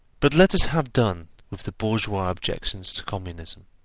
but let us have done with the bourgeois objections to communism.